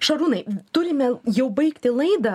šarūnai turime jau baigti laidą